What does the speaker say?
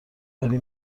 ولی